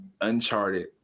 Uncharted